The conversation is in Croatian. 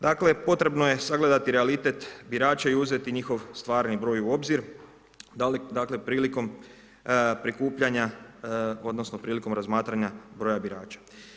Dakle, potrebno je sagledati realitet birača i uzeti njihov stvarni broj u obzir, dakle, prilikom prikupljanja odnosno prilikom razmatranja broja birača.